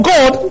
God